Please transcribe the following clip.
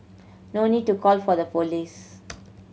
no need to call for the police